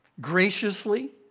graciously